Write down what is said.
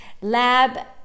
lab